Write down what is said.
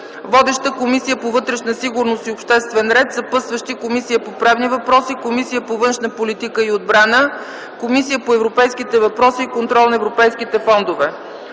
Водеща е Комисията по вътрешна сигурност и обществен ред. Съпътстващи са Комисията по правни въпроси, Комисията по външна политика и отбрана и Комисията по европейските въпроси и контрол на европейските фондове.